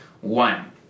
one